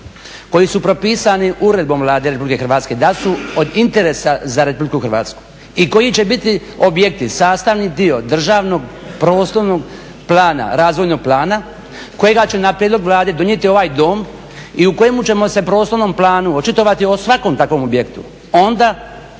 koji su propisani uredbom Vlade Republike Hrvatske, da su od interesa za Republiku Hrvatsku i koji će biti objekti sastavni dio državnog prostornog plana, razvojnog plana kojega će na prijedlog Vlade donijeti ovaj Dom i u kojemu ćemo se prostornom planu očitovati o svakom takvom objektu onda